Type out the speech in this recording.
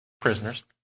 prisoners